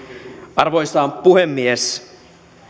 arvoisa puhemies